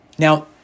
Now